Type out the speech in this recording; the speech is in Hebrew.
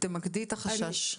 תמקדי את החשש.